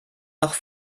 nach